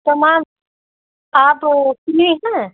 तो मैम आप फ्री हैं